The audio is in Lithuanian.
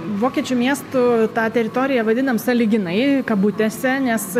vokiečių miestu tą teritoriją vadinam sąlyginai kabutėse nes